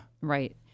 Right